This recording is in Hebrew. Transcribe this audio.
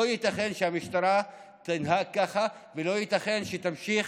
לא ייתכן שהמשטרה תנהג ככה ולא ייתכן שתמשיך